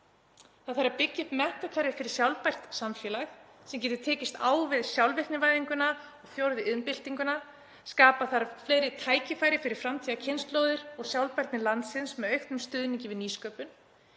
þarf upp menntakerfi fyrir sjálfbært samfélag sem getur tekist á við sjálfvirknivæðinguna og fjórðu iðnbyltinguna. Skapa þarf fleiri tækifæri fyrir framtíðarkynslóðir og sjálfbærni landsins með auknum stuðningi við nýsköpun.